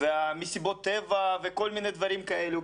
ומסיבות הטבע וכל מיני דברים כאלה.